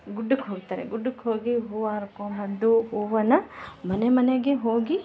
ಗುಡ್ಡಕ್ಕೆ ಹೋಗ್ತಾರೆ ಗುಡ್ಡಕ್ಕೆ ಹೋಗಿ ಹೂವ ಹರ್ಕೊಮ್ ಬಂದು ಹೂವನ್ನ ಮನೆ ಮನೆಗೆ ಹೋಗಿ